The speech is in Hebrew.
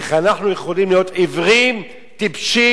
איך אנחנו יכולים להיות עיוורים, טיפשים